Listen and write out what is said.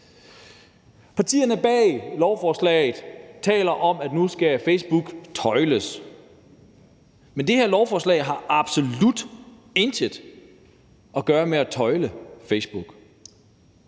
Partierne bag lovforslaget taler om, at nu skal Facebook tøjles, men det her lovforslag har absolut intet at gøre med at tøjle Facebook.